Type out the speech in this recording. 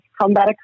combat